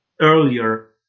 earlier